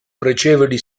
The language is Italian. pregevoli